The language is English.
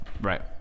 Right